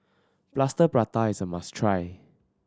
Plaster Prata is a must try